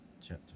chapter